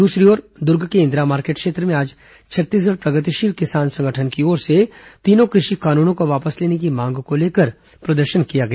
दूसरी ओर दुर्ग के इंदिरा मार्केट क्षेत्र में आज छत्तीसगढ़ प्रगतिशील किसान संगठन की ओर से तीनों कृषि कानुनों को वापस लेने की मांग को लेकर प्रदर्शन किया गया